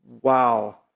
wow